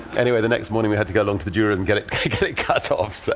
anyway, the next morning we had to go along to the jeweler and get it kind of it cut ah off. so